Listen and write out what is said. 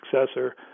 successor